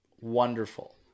wonderful